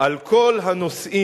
על כל הנושאים